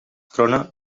trona